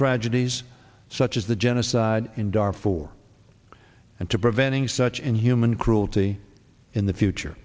tragedies such as the genocide in darfur and to preventing such and human cruelty in the future